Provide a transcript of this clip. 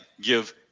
Give